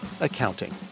accounting